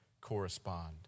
correspond